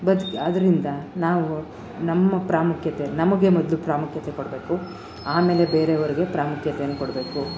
ಬದ್ಕು ಅದರಿಂದ ನಾವು ನಮ್ಮ ಪ್ರಾಮುಖ್ಯತೆ ನಮಗೆ ಮೊದಲು ಪ್ರಾಮುಖ್ಯತೆ ಕೊಡಬೇಕು ಆಮೇಲೆ ಬೇರೆಯವರಿಗೆ ಪ್ರಾಮುಖ್ಯತೆಯನ್ ಕೊಡಬೇಕು